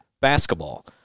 basketball